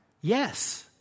Yes